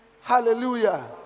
Hallelujah